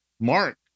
mark